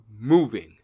moving